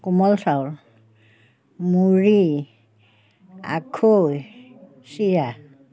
কোমল চাউল মুড়ি আখৈ চিৰা